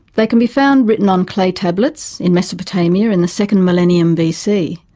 they can be found written on clay tablets in mesopotamia in the second millennium bc,